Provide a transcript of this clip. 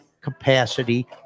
Capacity